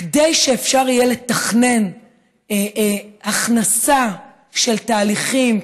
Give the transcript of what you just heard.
כדי שאפשר יהיה לתכנן הכנסה של תהליכים,